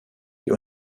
die